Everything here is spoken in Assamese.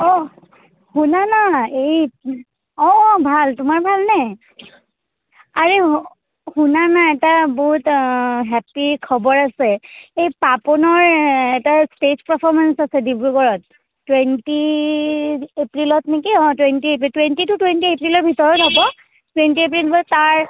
অঁ শুনানা এই অঁ অঁ ভাল তোমাৰ ভালনে আৰে শুনানা এটা বহুত হেপ্পী খবৰ আছে এই পাপনৰ এটা ষ্টেজ পাৰ্ফৰ্মেন্স আছে ডিব্ৰুগড়ত টুৱেণ্টি এপ্ৰিলত নেকি অঁ twenty April twenty two twenty এপ্ৰিলৰ ভিতৰত হ'ব টুৱেণ্টি এপ্ৰিল বা তাৰ